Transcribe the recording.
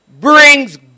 brings